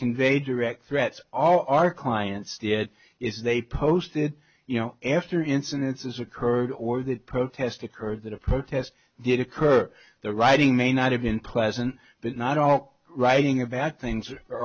convey direct threats all our clients did is they posted you know after incidences occurred or that protest occurred that a protest did occur the writing may not have been pleasant but not all writing about things are